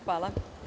Hvala.